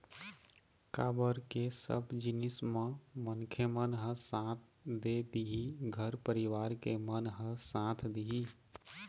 काबर के सब जिनिस म मनखे मन ह साथ दे दिही घर परिवार के मन ह साथ दिही